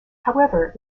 however